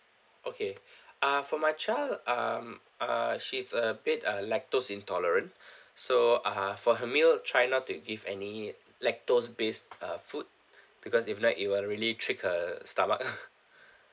okay uh for my child um uh she's a bit uh lactose intolerant so (uh huh) for her meal try not to give any lactose-based uh food because if not it will really trick her stomach